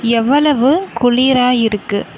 எவ்வளவு குளிராக இருக்குது